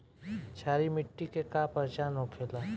क्षारीय मिट्टी के का पहचान होखेला?